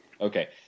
Okay